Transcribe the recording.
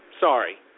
sorry